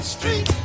Street